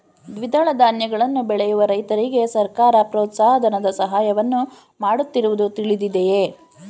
ದ್ವಿದಳ ಧಾನ್ಯಗಳನ್ನು ಬೆಳೆಯುವ ರೈತರಿಗೆ ಸರ್ಕಾರ ಪ್ರೋತ್ಸಾಹ ಧನದ ಸಹಾಯವನ್ನು ಮಾಡುತ್ತಿರುವುದು ತಿಳಿದಿದೆಯೇ?